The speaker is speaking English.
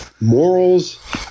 morals